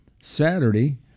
Saturday